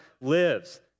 lives